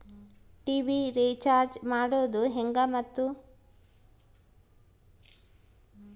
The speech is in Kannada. ಟಿ.ವಿ ರೇಚಾರ್ಜ್ ಮಾಡೋದು ಹೆಂಗ ಮತ್ತು?